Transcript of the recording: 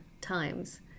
times